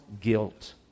guilt